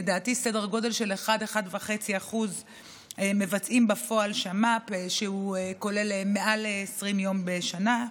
לדעתי סדר גודל של 1% 1.5% מבצעים בפועל שמ"פ שכולל מעל 20 יום בשנה.